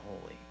holy